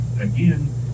again